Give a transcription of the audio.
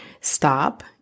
stop